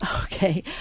Okay